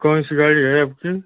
कौन सी गाड़ी है आपकी